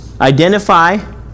Identify